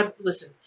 Listen